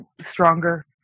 stronger